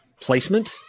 placement